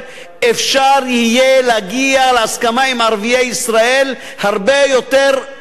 אפשר יהיה להגיע להסכמה עם ערביי ישראל הרבה יותר מהר